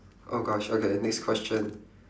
oh gosh okay next question